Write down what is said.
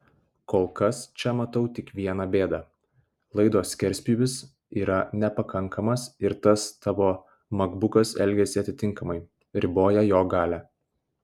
kol kas čia matau tik viena bėdą laido skerspjūvis yra nepakankamas ir tas tavo makbukas elgiasi atitinkamai riboja jo galią